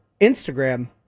Instagram